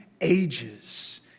ages